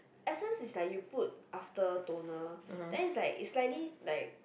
essence is like you put after toner then is like you slightly like